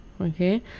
Okay